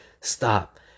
Stop